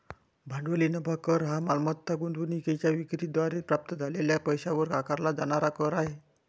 भांडवली नफा कर हा मालमत्ता गुंतवणूकीच्या विक्री द्वारे प्राप्त झालेल्या पैशावर आकारला जाणारा कर आहे